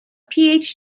phd